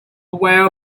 well